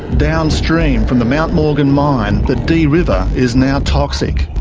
downstream from the mount morgan mine, the dee river is now toxic.